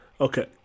Okay